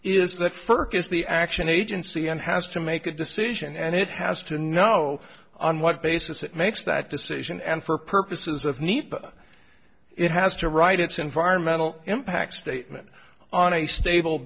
is the action agency and has to make a decision and it has to know on what basis it makes that decision and for purposes of need but it has to write its environmental impact statement on a stable